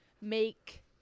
make